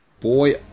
Boy